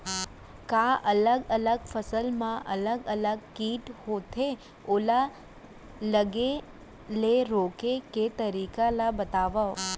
का अलग अलग फसल मा अलग अलग किट होथे, ओला लगे ले रोके के तरीका ला बतावव?